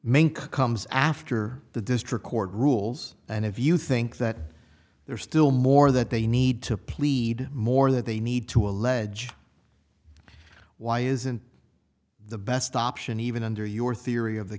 comes after the district court rules and if you think that there's still more that they need to plead more they need to allege why isn't the best option even under your theory of the